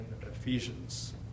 Ephesians